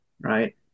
Right